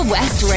West